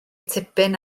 tipyn